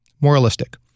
Moralistic